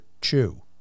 Chu